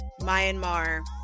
Myanmar